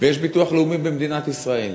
ויש ביטוח לאומי במדינת ישראל.